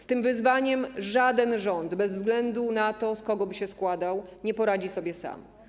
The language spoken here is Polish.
Z tym wyzwaniem żaden rząd, bez względu na to, z kogo by się składał, nie poradzi sobie sam.